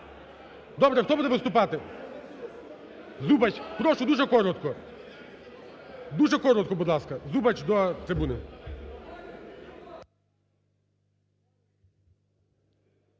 Добре, хто буде виступати? Зубач, прошу дуже коротко. Дуже коротко, будь ласка. Зубач, до трибуни.